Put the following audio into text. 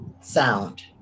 sound